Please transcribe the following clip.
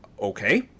okay